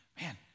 man